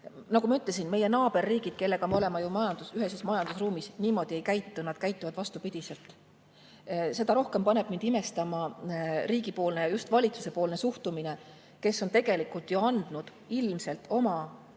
Nagu ma ütlesin, meie naaberriigid, kellega me oleme ühes majandusruumis, niimoodi ei käitu, nad käituvad vastupidiselt. Seda rohkem paneb mind imestama riigipoolne, just valitsusepoolne suhtumine, kes on ilmselt andnud ametnikele, oma